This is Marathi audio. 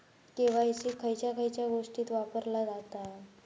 के.वाय.सी खयच्या खयच्या गोष्टीत वापरला जाता?